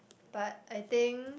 but I think